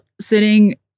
sitting